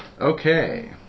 Okay